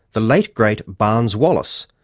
the late, great barnes wallis,